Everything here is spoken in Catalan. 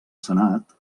senat